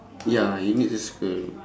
ya you need to circle